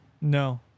No